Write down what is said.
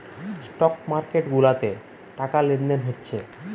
stock market গুলাতে টাকা লেনদেন হচ্ছে